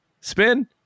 Spin